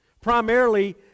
primarily